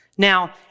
Now